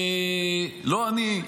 שלא אני,